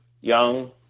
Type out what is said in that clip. young